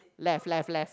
left left left